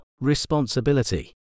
responsibility